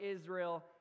Israel